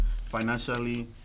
financially